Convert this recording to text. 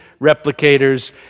replicators